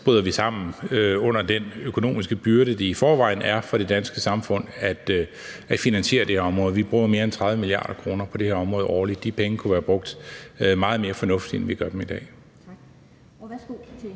bryder vi sammen under den økonomiske byrde, som det i forvejen er for det danske samfund at finansiere det her område. Vi bruger mere end 30 mia. kr. på det her område årligt. De penge kunne være brugt meget mere fornuftigt, end vi gør det i dag.